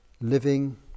living